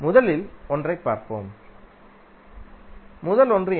முதல் ஒன்றை பார்ப்போம் முதல் ஒன்று என்ன